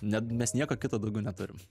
net mes nieko kito daugiau neturim